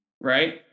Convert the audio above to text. Right